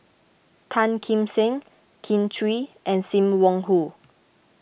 Tan Kim Seng Kin Chui and Sim Wong Hoo